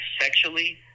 sexually